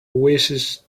wishes